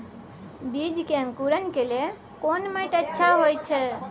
बीज के अंकुरण के लेल कोन माटी अच्छा होय छै?